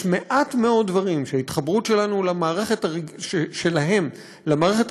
יש מעט מאוד דברים שההתחברות שלהם למערכת